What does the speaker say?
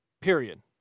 period